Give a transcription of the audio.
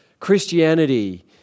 Christianity